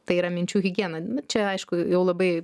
tai yra minčių higiena čia aišku jau labai